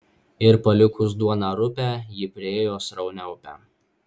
ir palikus duoną rupią ji priėjo sraunią upę